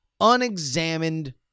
unexamined